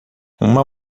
uma